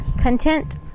content